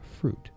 fruit